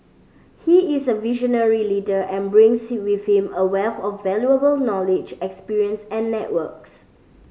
he is a visionary leader and brings with him a wealth of valuable knowledge experience and networks